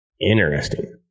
interesting